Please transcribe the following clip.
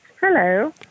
Hello